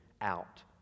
out